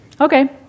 Okay